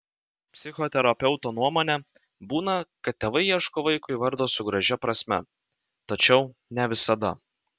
psichoterapeuto nuomone būna kad tėvai ieško vaikui vardo su gražia prasme tačiau ne visada